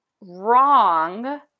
wrong